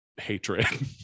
hatred